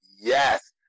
Yes